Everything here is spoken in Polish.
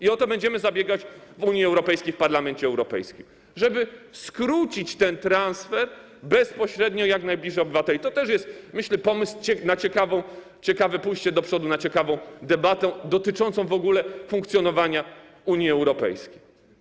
I o to będziemy zabiegać w Unii Europejskiej, w Parlamencie Europejskim, żeby skrócić ten transfer, żeby było bezpośrednio i jak najbliżej obywateli - to też jest, jak myślę, pomysł na ciekawe pójście do przodu, na ciekawą debatę dotyczącą w ogóle funkcjonowania Unii Europejskiej.